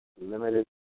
limited